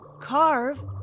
carve